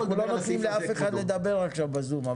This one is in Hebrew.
אנחנו לא נותנים לאף אחד לדבר עכשיו בזום,